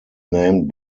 named